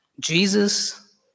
Jesus